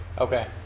Okay